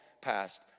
past